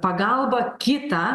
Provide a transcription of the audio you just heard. pagalbą kitą